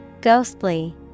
Ghostly